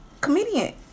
comedian